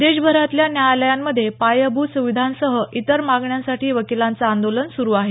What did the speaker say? देशभरातल्या न्यायालयांमध्ये पायाभूत सुविधांसह इतर मागण्यांसाठी वकिलांचं आंदोलन सुरू आहे